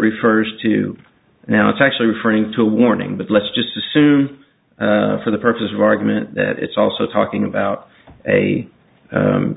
refers to now it's actually referring to a warning but let's just assume for the purposes of argument that it's also talking about a